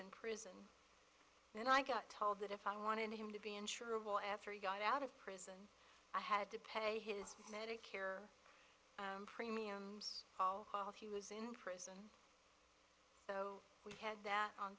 in prison and i got told that if i wanted him to be insurable after he got out of prison i had to pay his medicare premiums he was in prison so we had that on